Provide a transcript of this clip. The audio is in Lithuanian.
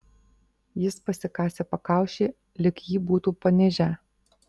jis pasikasė pakaušį lyg jį būtų panižę